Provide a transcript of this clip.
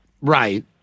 Right